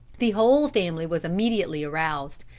the whole family was immediately aroused,